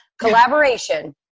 collaboration